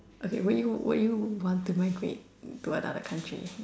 okay would you would you want to migrate to another country